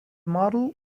model